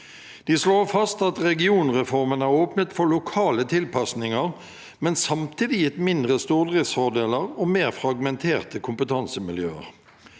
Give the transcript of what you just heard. De slår også fast at regionreformen har åpnet for lokale tilpasninger, men samtidig gitt mindre stordriftsfordeler og mer fragmenterte kompetansemiljøer.